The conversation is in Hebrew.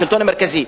השלטון המרכזי,